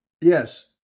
Yes